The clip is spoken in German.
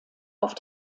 auf